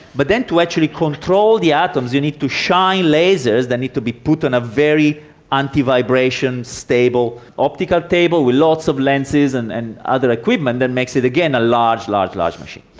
but then to actually control the atoms you need to shine lasers, they need to be put on a very anti-vibration stable optical table with lots of lenses and and other equipment that makes it, again, a large, large, large machine.